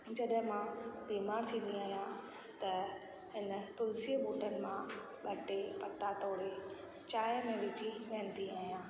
जॾहिं मां बीमारु थींदी आहियां त इन तुलसीअ ॿूटनि मां ॿ टे पता तोड़े चाय में विझी पीअंदी आहियां